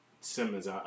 Simmons